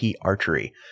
archery